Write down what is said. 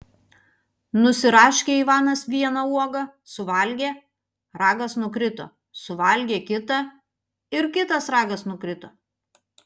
nusiraškė ivanas vieną uogą suvalgė ragas nukrito suvalgė kitą ir kitas ragas nukrito